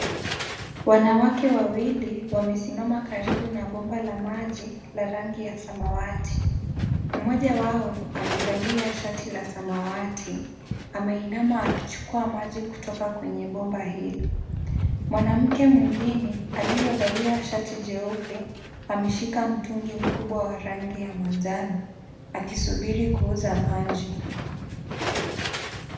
Wanawake wawili wamesimama karibu na bomba la maji la rangi ya samawati moja wao amevalia shati ya samawati ameinama akichukua maji kwenye bomba hili ,mwanamke mwingine aliyevalia shati jeupe ameshika mtungi mkubwa wa rangi ya manjano akisubiria kuchota maji.